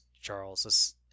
Charles